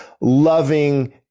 loving